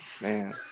man